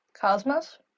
Cosmos